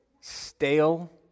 stale